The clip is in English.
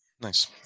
Nice